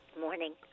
morning